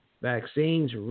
vaccines